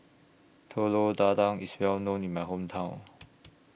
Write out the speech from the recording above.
Telur Dadah IS Well known in My Hometown